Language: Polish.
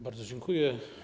Bardzo dziękuję.